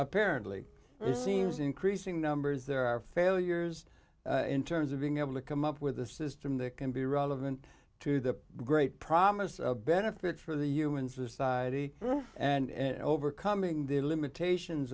apparently it seems increasing numbers there are failures in terms of being able to come up with a system that can be relevant to the great promise benefits for the human society and overcoming the limitations